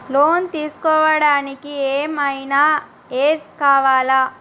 Loan తీస్కోవడానికి ఏం ఐనా ఏజ్ కావాలా?